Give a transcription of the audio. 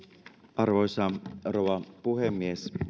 arvoisa rouva puhemies